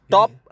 Top